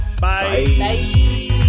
Bye